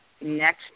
next